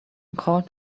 called